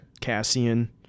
Cassian